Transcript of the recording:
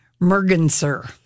Merganser